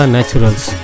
Naturals